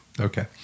Okay